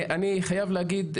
אני חייב להגיד,